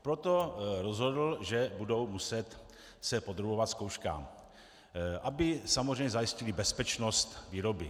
Proto rozhodl, že se budou muset podrobovat zkouškám, aby zajistili bezpečnost výroby.